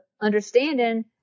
understanding